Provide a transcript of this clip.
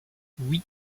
oui